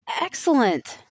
Excellent